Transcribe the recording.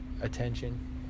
attention